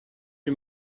you